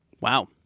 Wow